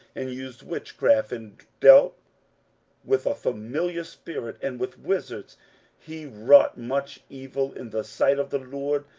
and used witchcraft, and dealt with a familiar spirit, and with wizards he wrought much evil in the sight of the lord,